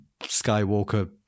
Skywalker